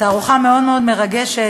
תערוכה מאוד מאוד מרגשת,